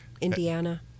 Indiana